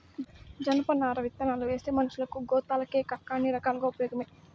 జనపనార విత్తనాలువేస్తే మనషులకు, గోతాలకేకాక అన్ని రకాలుగా ఉపయోగమే